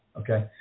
Okay